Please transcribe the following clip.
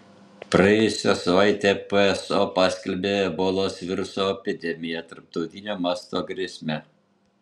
praėjusią savaitę pso paskelbė ebolos viruso epidemiją tarptautinio masto grėsme